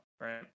right